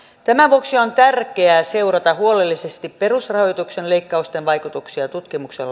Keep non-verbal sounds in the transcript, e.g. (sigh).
tämän vuoksi on tärkeää seurata huolellisesti perusrahoituksen leikkausten vaikutuksia tutkimuksen (unintelligible)